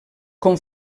com